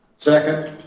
second.